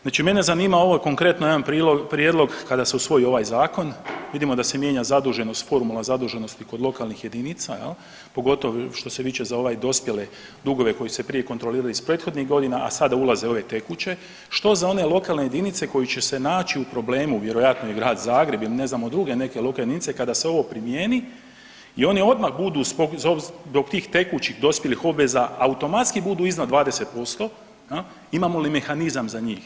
Znači mene zanima ovo konkretno jedan prijedlog kada se usvoji ovaj zakon vidimo da se mijenja zaduženost, formula zaduženosti kod lokalnih jedinica jel, pogotovo što se tiče za ovaj dospjele dugove koji su se prije kontrolirali iz prethodnih godina, a sada ulaze u ove tekuće, što za one lokalne jedinice koje će se naći u problemu, vjerojatno i Grad Zagreb ili ne znamo druge neke lokalne jedinice kada se ovo primijeni i oni odmah budu zbog tih tekućih dospjelih obveza automatski budu iznad 20% jel, imamo li mehanizam za njih.